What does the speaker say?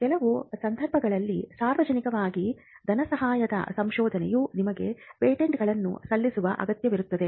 ಕೆಲವು ಸಂದರ್ಭಗಳಲ್ಲಿ ಸಾರ್ವಜನಿಕವಾಗಿ ಧನಸಹಾಯದ ಸಂಶೋಧನೆಯು ನಿಮಗೆ ಪೇಟೆಂಟ್ಗಳನ್ನು ಸಲ್ಲಿಸುವ ಅಗತ್ಯವಿರುತ್ತದೆ